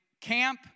camp